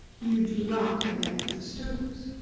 you do not connect with the students.